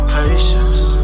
patience